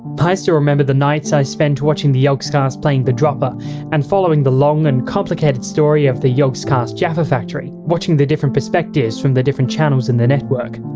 i still remember the nights i spent watching the yogscast playing the dropper and following the long and complicated story of the yogscast jaffa factory, watching the different perspectives from the different channels in the story.